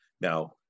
Now